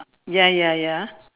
ya ya ya